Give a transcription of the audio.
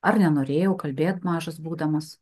ar nenorėjau kalbėt mažas būdamas